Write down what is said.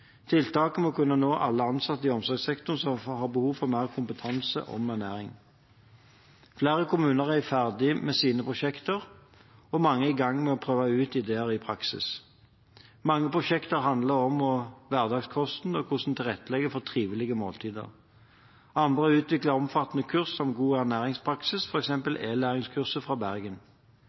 må kunne nå alle ansatte i omsorgssektoren som har behov for mer kompetanse om ernæring. Flere kommuner er ferdige med sine prosjekter, og mange er i gang med å prøve ut ideer i praksis. Mange prosjekter handler om hverdagskosten og hvordan tilrettelegge for trivelige måltider. Andre har utviklet omfattende kurs om god ernæringspraksis, f.eks. e-læringskurset fra Bergen.